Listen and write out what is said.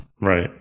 right